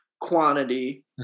quantity